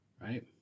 right